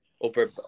over